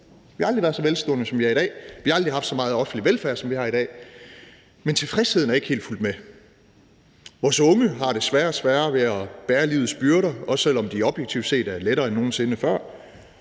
vi har aldrig været så velstående, som vi er i dag, vi har aldrig haft så meget offentlig velfærd, som vi har i dag, men tilfredsheden er ikke helt fulgt med. Vores unge har sværere og sværere ved at bære livets byrder, også selv om de objektivt set er lettere end nogen sinde før,